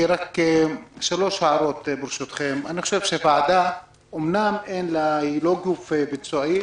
ברשותכם, שלוש הערות: הוועדה אינה גוף ביצועי